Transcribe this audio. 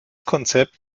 konzept